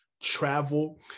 travel